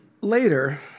Later